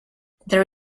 there